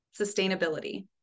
sustainability